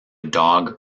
dog